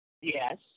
Yes